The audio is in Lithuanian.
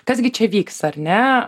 kas gi čia vyksta ar ne